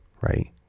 right